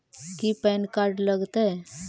की PAN card लग तै?